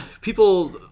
people